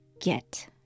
get